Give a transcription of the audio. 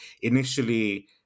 initially